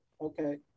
Okay